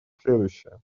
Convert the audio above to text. следующее